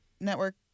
Network